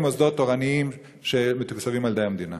מוסדות תורניים שמתוקצבים על-ידי המדינה?